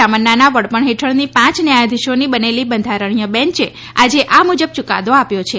રામન્નાના વડપણ હેઠળની પાંચ ન્યાયાધિશોની બનેલી બંધારણીય બેંચ આજે આ મુજબ ચૂકાદો આપ્યો છે